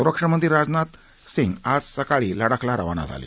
संरक्षण मंत्री राजनाथ सिंह आज सकाळी लडाखला रवाना झाले